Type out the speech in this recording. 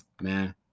man